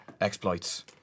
exploits